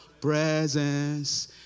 presence